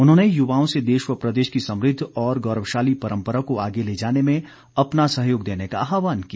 उन्होंने युवाओं से देश व प्रदेश की समुद्ध और गौरवशाली परम्परा को आगे ले जाने में अपना सहयोग देने का आहवान किया